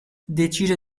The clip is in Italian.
decise